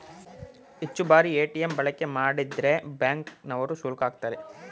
ಹೆಚ್ಚು ಬಾರಿ ಎ.ಟಿ.ಎಂ ಬಳಕೆ ಮಾಡಿದ್ರೆ ಬ್ಯಾಂಕ್ ನವರು ಶುಲ್ಕ ಆಕ್ತರೆ